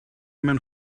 mewn